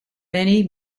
many